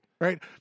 Right